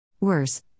Worse